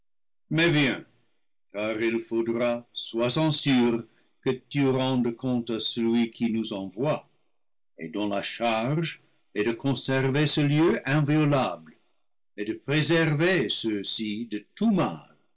faudra sois en sûr que tu rendes compte à celui qui nous envoie et dont la charge est de conserver ce lieu inviolable et de préserver ceux-ci de tout mal